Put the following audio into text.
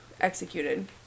executed